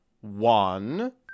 one